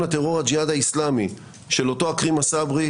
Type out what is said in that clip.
הטרור הג'יהאד האסלאמי של אותו עכרמה סברי,